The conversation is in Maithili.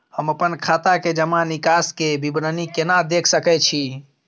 हम अपन खाता के जमा निकास के विवरणी केना देख सकै छी?